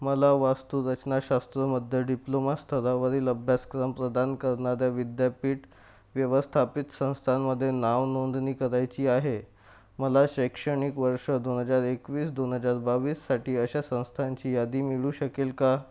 मला वास्तुरचनाशास्त्रमध्ये डिप्लोमा स्तरावरील अभ्यासक्रम प्रदान करणाऱ्या विद्यापीठ व्यवस्थापित संस्थांमध्ये नावनोंदणी करायची आहे मला शैक्षणिक वर्ष दोन हजार एकवीस दोन हजार बावीससाठी अशा संस्थांची यादी मिळू शकेल का